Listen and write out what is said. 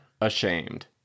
ashamed